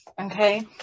Okay